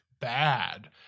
bad